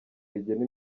rigena